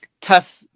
tough